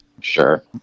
Sure